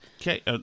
Okay